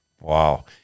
Wow